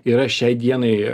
yra šiai dienai